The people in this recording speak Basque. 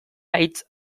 hitz